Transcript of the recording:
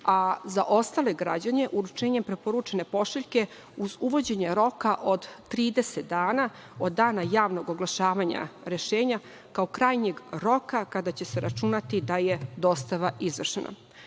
a za ostale građane uručenje preporučene pošiljke, uz uvođenje roka od 30 dana od dana javnog oglašavanja rešenja kao krajnjeg roka kada će se računati da je dostava izvršena. Takođe,